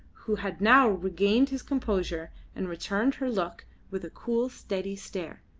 who had now regained his composure and returned her look with a cool, steady stare.